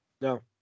No